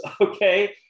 okay